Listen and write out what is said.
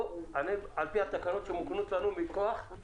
זה על פי התקנות שמוקנות לנו כוועדת כלכלה.